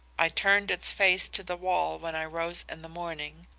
i turned its face to the wall when i rose in the morning.